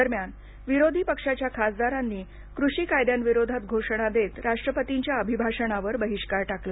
दरम्यान विरोधी पक्षांच्या खासदारांनी कृषी कायद्यांविरोधात घोषणा देत राष्ट्रपतींच्या अभिभाषणावर बहिष्कार टाकला